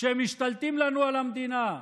שמשתלטים לנו על המדינה.